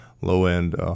low-end